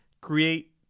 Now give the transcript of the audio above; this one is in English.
create